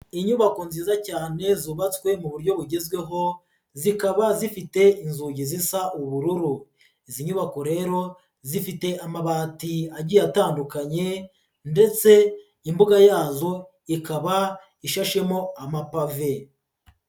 Inyubako nziza cyane zubatswe mu buryo bugezweho, zikaba zifite inzugi zisa ubururu. Izi nyubako rero, zifite amabati agiye atandukanye, ndetse imbuga yazo ikaba ishashemo amapave.